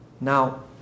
Now